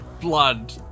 Blood